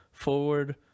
Forward